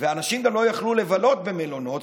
ואנשים גם לא יכלו לבלות במלונות,